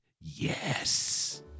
yes